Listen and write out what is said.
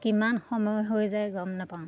কিমান সময় হৈ যায় গম নাপাওঁ